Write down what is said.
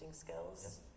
skills